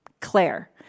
Claire